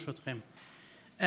ברשותכם.